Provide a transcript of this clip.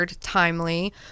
timely